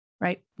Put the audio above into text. right